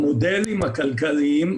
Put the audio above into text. המודלים הכלכליים,